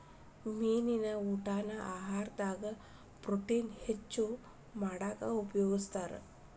ಮೇನಿನ ಊಟಾನ ಆಹಾರದಾಗ ಪ್ರೊಟೇನ್ ಹೆಚ್ಚ್ ಮಾಡಾಕ ಉಪಯೋಗಸ್ತಾರ